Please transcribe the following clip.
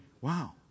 Wow